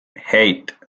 eight